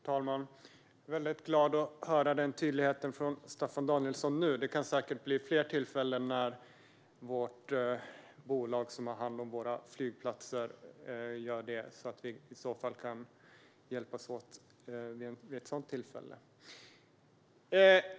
Herr talman! Jag är glad över att höra den här tydligheten från Staffan Danielsson nu. Det kan säkert bli fler tillfällen när vårt bolag som har hand om våra flygplatser gör på samma sätt, och i så fall kan vi hjälpas åt då.